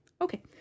okay